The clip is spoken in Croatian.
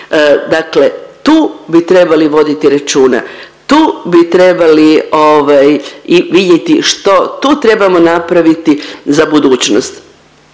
Dakle tu bi trebali voditi računa, tu bi trebali ovaj i vidjeti što tu trebamo napraviti za budućnost.